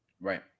right